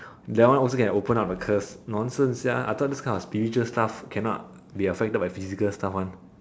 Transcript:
that one also can open up the curse nonsense sia I thought this kind of spiritual stuff cannot be affected by physical stuff one